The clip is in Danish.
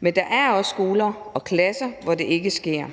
men der er også skoler og klasser, hvor det ikke sker.